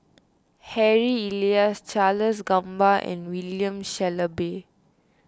Harry Elias Charles Gamba and William Shellabear